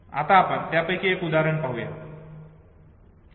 आता आपण त्यापैकी एक उदाहरण पाहू या